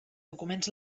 documents